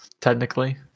technically